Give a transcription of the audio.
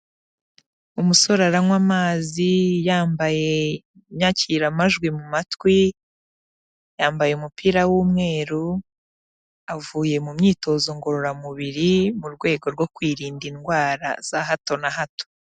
Umusore aranywa amazi yambaye inyakiramajwi mu matwi yambaye umupira w'umweru avuye mu myitozo ngororamubiri, mu rwego rwo kwirinda indwara za hato na hato.